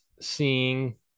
seeing